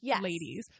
ladies